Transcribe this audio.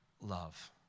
love